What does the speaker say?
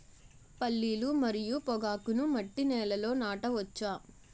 పల్లీలు మరియు పొగాకును మట్టి నేలల్లో నాట వచ్చా?